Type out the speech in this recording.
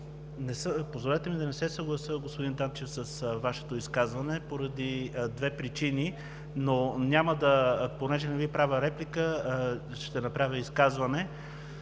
Позволете ми да не се съглася, господин Данчев, с Вашето изказване поради две причини, но понеже не Ви правя реплика, ще направя изказване.